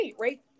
right